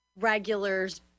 regulars